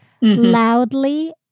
loudly